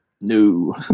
No